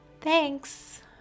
Thanks